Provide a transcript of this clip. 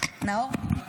תודה רבה,